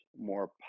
more